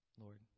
Lord